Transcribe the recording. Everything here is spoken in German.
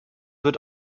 wird